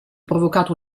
provocato